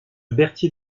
berthier